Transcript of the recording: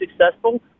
successful